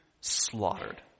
slaughtered